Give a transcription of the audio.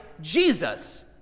jesus